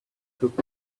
shook